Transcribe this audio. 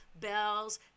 bells